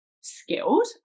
skilled